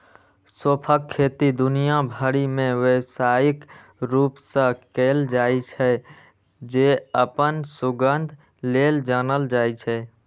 सौंंफक खेती दुनिया भरि मे व्यावसायिक रूप सं कैल जाइ छै, जे अपन सुगंध लेल जानल जाइ छै